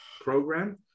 program